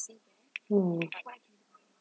mm